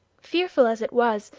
fearful as it was,